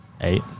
eight